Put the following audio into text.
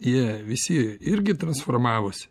jie visi irgi transformavosi